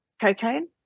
Cocaine